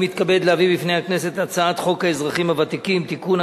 אני מתכבד להביא בפני הכנסת את הצעת חוק האזרחים הוותיקים (תיקון,